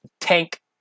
tank